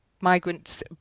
migrants